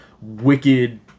wicked